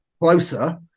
Closer